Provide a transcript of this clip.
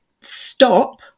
stop